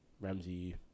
ramsey